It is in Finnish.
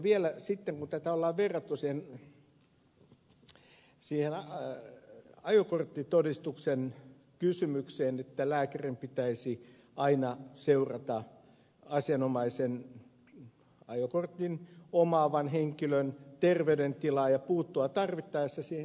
vielä siihen kun tätä on verrattu siihen ajokorttitodistusta koskevaan kysymykseen että lääkärin pitäisi aina seurata asianomaisen ajokortin omaavan henkilön terveydentilaa ja puuttua tarvittaessa siihen